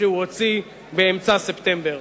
שהוא הוציא באמצע ספטמבר.